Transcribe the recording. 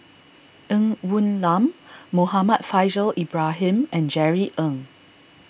Ng Woon Lam Muhammad Faishal Ibrahim and Jerry Ng